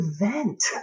event